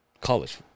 college